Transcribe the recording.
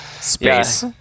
Space